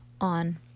on